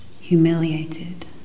humiliated